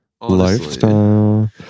Lifestyle